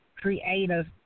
creative